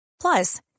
plus